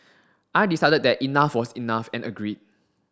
I decided that enough was enough and agreed